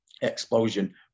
explosion